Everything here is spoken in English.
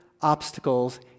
obstacles